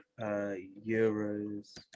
euros